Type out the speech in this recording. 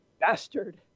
bastard